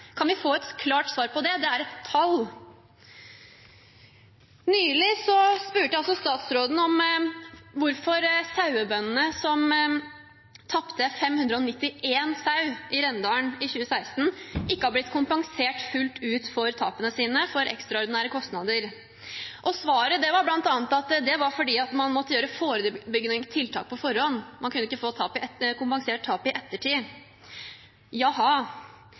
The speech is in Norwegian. Kan vi få et klart svar på det? Det er et tall. Nylig spurte jeg også statsråden om hvorfor sauebøndene som tapte 591 sau i Rendalen i 2016, ikke har blitt kompensert fullt ut for tapene sine og ekstraordinære kostnader. Svaret var bl.a. at det var fordi man måtte gjøre forebyggende tiltak på forhånd. Man kunne ikke få kompensert tapet i ettertid – jaha. I